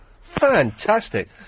Fantastic